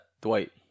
Dwight